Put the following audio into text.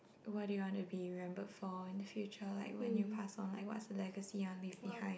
what do you want to be remembered for in the future like when you pass on like what is the legacy you want leave behind